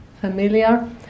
familiar